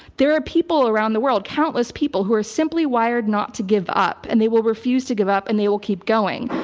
there are people around the world, countless people, who are simply wired not to give up. they will refuse to give up and they will keep going.